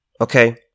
Okay